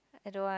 I don't want